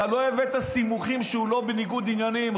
אתה לא הבאת סימוכין שהוא לא בניגוד עניינים.